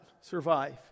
survive